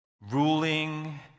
ruling